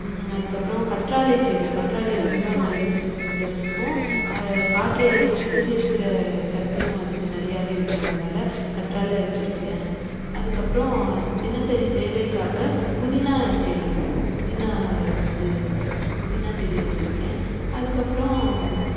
அதுக்கப்புறம் கற்றாழை செடி கற்றாழை ரொம்ப நல்லது உடலுக்கும் காற்றை சுத்திகரிக்கிற சக்தியும் அதுக்கு நிறையாவே இருக்குது அதனால் கற்றாழை வச்சுருக்கேன் அதுக்கப்புறம் தினசரி தேவைக்காக புதினா செடி புதினா வந்து புதினா செடி வச்சுருக்கேன் அதுக்கப்புறம்